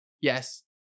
yes